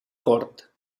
cort